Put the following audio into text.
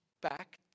back